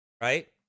right